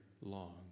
long